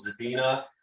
Zadina